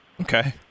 Okay